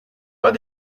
pas